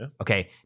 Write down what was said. Okay